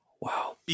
Wow